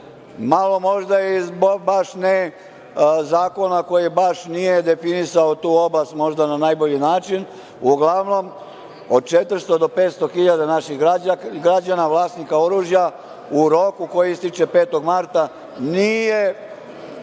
malo možda i zbog zakona koji nije definisao tu oblast na najbolji način, uglavnom od 400 do 500 hiljada naših građana, vlasnika oružja, u roku koji ističe 5. marta, nije